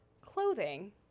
clothing